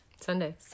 Sunday